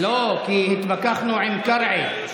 כי התווכחנו עם קרעי,